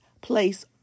place